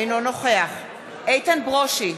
אינו נוכח איתן ברושי,